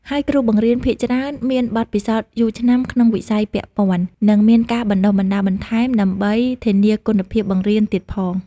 ហើយគ្រូបង្រៀនភាគច្រើនមានបទពិសោធន៍យូរឆ្នាំក្នុងវិស័យពាក់ព័ន្ធ និងមានការបណ្តុះបណ្តាលបន្ថែមដើម្បីធានាគុណភាពបង្រៀនទៀតផង។